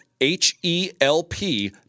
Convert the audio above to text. H-E-L-P